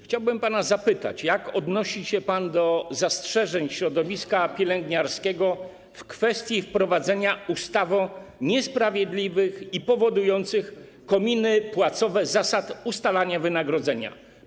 Chciałbym pana zapytać, jak odnosi się pan do zastrzeżeń środowiska pielęgniarskiego w kwestii wprowadzenia ustawy o niesprawiedliwych i powodujących kominy płacowe zasadach ustalania wynagrodzenia.